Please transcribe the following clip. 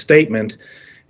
statement